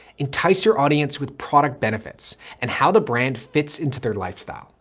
entice your audience with product benefits and how the brand fits into their lifestyle.